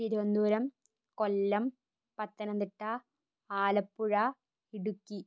Thiruvananthapuram Kollam Pathanamthitta Alappuzha Idukki